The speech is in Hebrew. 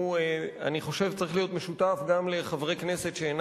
אני חושב שהוא צריך להיות משותף גם לחברי כנסת שאולי